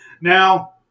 Now